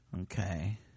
Okay